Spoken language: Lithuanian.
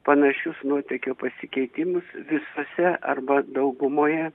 panašius nuotėkio pasikeitimus visose arba daugumoje